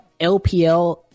LPL